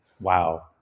Wow